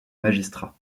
magistrat